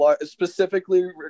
specifically